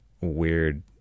weird